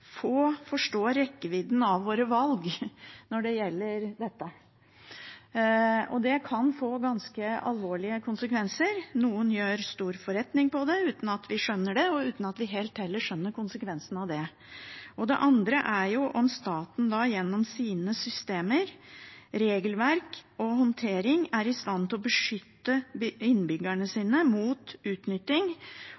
få forstår rekkevidden av våre valg når det gjelder dette, og det kan få ganske alvorlige konsekvenser. Noen gjør stor forretning på det, uten at vi skjønner det, og uten at vi helt heller skjønner konsekvensen av det. Det andre er om staten gjennom sine systemer, regelverk og håndtering er i stand til å beskytte innbyggerne